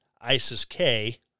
ISIS-K